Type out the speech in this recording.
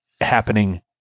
happening